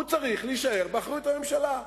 הוא צריך להישאר באחריות הממשלה.